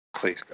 Please